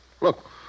Look